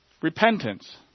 Repentance